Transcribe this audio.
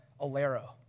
Alero